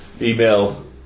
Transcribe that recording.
email